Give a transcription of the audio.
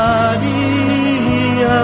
Maria